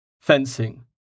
Fencing